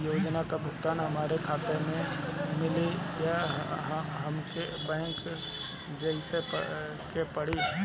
योजनाओ का भुगतान हमरे खाता में मिली या हमके बैंक जाये के पड़ी?